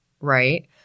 right